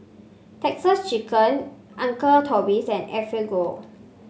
Texas Chicken Uncle Toby's and Enfagrow